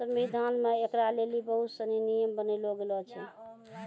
संविधान मे ऐकरा लेली बहुत सनी नियम बनैलो गेलो छै